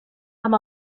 amb